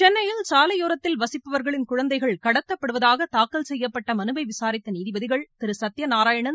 சென்னையில் சாலையோரத்தில் வசிப்பவர்களின் குழந்தைகள் கடத்தப்படுவதாக தாக்கல் செய்யப்பட்ட மனுவை விசாரித்த நீதிபதிகள் திரு சத்தியநாராயணன்